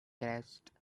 grasped